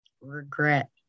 regret